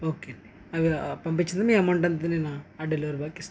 okay అవి పంపించండి మీ అమౌంట్ అంతా నేను ఆ డెలివరీ బాయ్ కి ఇస్తాను